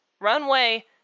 runway